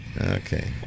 Okay